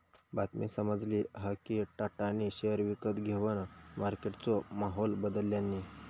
बातमी समाजली हा कि टाटानी शेयर विकत घेवन मार्केटचो माहोल बदलल्यांनी